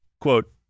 Quote